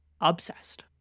obsessed